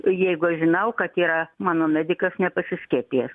jeigu aš žinau kad yra mano medikas nepasiskiepijęs